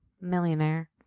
Millionaire